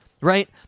Right